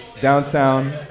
downtown